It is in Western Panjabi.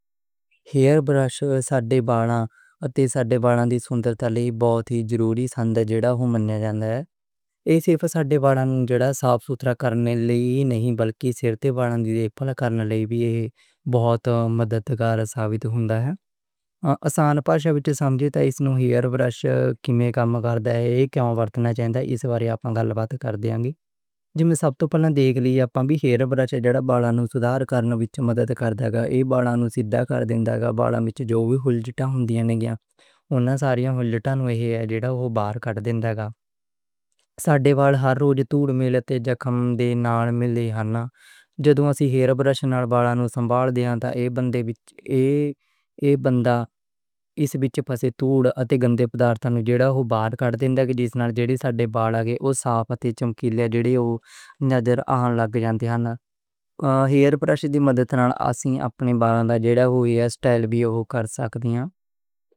ہیئر برش ساڈے بالاں دی سنبھال لئی بہت ضروری سند منیا جاندا ہے۔ بالاں دی سدھرتا لئی ایہ بہت ضروری سند منیا جاندا ہے۔ ایہ صرف ساڈے بالاں نوں زیادہ صاف ستھرا کرن لئی نئیں بلکہ سر تے بالاں نیں بہت مددگار ثابت ہوندا ہے۔ آسان بس وچ سمجھیے تاں ہیئر برش کِمیں کم کردا ہے، ورتن دا چان اس بارے اپا گل بات کرانگے۔ جی میں سب توں پہلا ویکھ لو کہ ہیئر برش کِدّاں بالاں نوں سدھار دیندا، بالاں نوں سیدھا کردینا، بالاں وچ جو وی گانٹھ ہندی ہے گی اوہناں ساریاں لٹاں نوں باہر کڈھ دیندا۔ ساڈے بال ہر روز دھول تے میل نال بھر جاندے نیں، ہیئر برش بالاں وچ فسّی دھول اتے گندا مواد باہر کر دیندا جس نال بال صاف تے چمکیلے نظر آؤن لگ جاندے نیں۔ ہیئر برش دی مدد نال اسیں اپنے بالاں نوں اسٹائل دے سکدے آں۔